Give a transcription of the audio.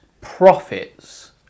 profits